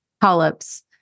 polyps